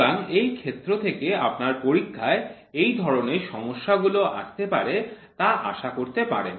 সুতরাং এই ক্ষেত্র থেকে আপনার পরীক্ষায় এই ধরনের সমস্যা গুলো আসতে পারে তা আশা করতে পারেন